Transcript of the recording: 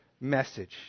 message